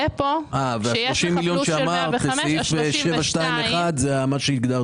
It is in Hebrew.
ה-30 מיליון שאמרת בסעיף 721 זה מה שהגדרת קודם.